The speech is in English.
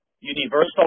universal